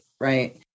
right